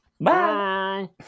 bye